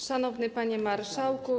Szanowny Panie Marszałku!